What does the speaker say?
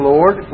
Lord